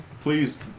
Please